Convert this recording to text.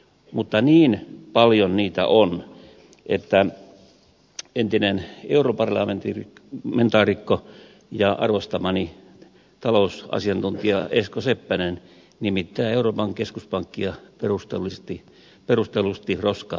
mutta niin paljon niitä on että entinen europarlamentaarikko ja arvostamani talousasiantuntija esko seppänen nimittää euroopan keskuspankkia perustellusti roskapankiksi